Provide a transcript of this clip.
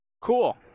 Cool